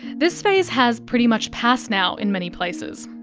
this phase has pretty much passed now in many places.